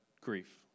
grief